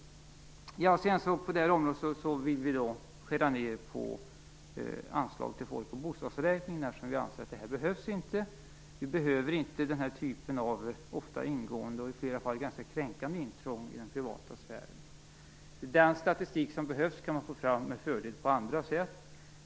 På detta område vill vi skära ned på anslagen till folk och bostadsräkningen. Vi anser att den inte behövs. Vi behöver inte den här typen av ofta ingående och i flera fall ganska kränkande intrång i den privata sfären. Den statistik som behövs kan man med fördel få fram på andra sätt.